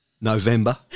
November